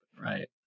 right